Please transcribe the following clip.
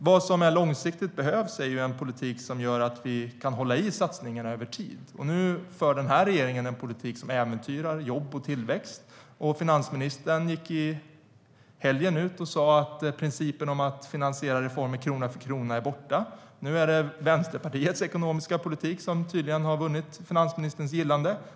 Vad som långsiktigt behövs är en politik som gör att vi kan hålla i satsningarna över tid. Nu för den här regeringen en politik som äventyrar jobb och tillväxt. I helgen gick finansministern ut och sa att principen om att finansiera reformer krona för krona är borta. Nu är det tydligen Vänsterpartiets ekonomiska politik som har vunnit finansministerns gillande.